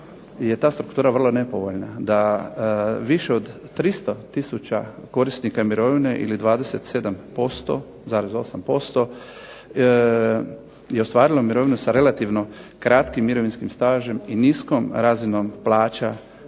da je ta struktura vrlo nepovoljna, da više od 300 tisuća korisnika mirovine ili 27,8% je ostvarilo mirovinu sa relativno kratkim mirovinskim stažem i niskom razinom plaća